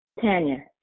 Tanya